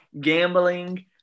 Gambling